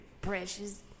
Precious